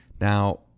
Now